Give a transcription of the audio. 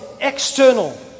external